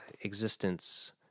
existence